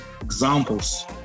examples